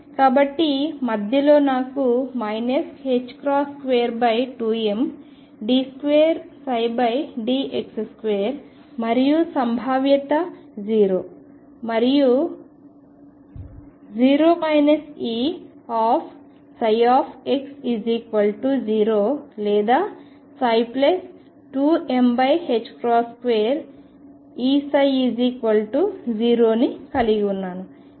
కాబట్టి మధ్యలో నాకు 22md2dx2 మరియు సంభావ్యత 0 మరియు 0 Ex0 లేదా 2m2Eψ0 ని కలిగి ఉన్నాను